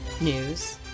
news